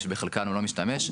ושבחלקן הוא לא משתמש.